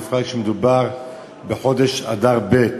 בפרט כשמדובר בחודש אדר ב'.